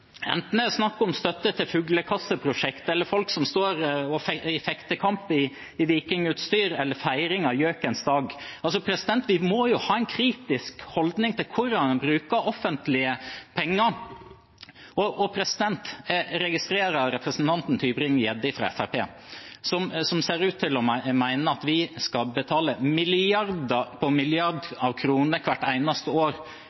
enten det er snakk om fuglekasseprosjekt, folk som står i fektekamp i vikingutstyr eller feiring av gjøkens dag. Vi må ha en kritisk holdning til hvordan en bruker offentlige penger. Jeg registrerer at representanten Tybring-Gjedde fra Fremskrittspartiet ser ut til å mene at vi skal betale milliarder på milliarder av kroner hvert eneste år